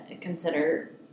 consider